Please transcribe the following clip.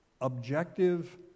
objective